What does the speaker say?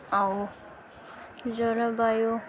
ଆଉ ଜଳବାୟୁ